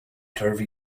turvy